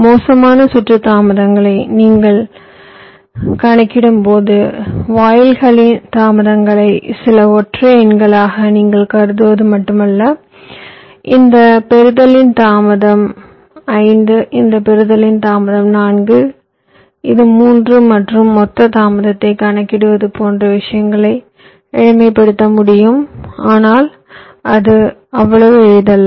மோசமான சுற்று தாமதங்களை நீங்கள் கணக்கிடும்போது வாயில்களின் தாமதங்களை சில ஒற்றை எண்களாக நீங்கள் கருதுவது மட்டுமல்ல இந்த பெறுதலின் தாமதம் 5 அந்த பெறுதலின் தாமதம் 4 இது 3 மற்றும் மொத்த தாமதத்தை கணக்கிடுவது போன்ற விஷயங்களை எளிமைப்படுத்த முடியும் ஆனால் அது அவ்வளவு எளிதல்ல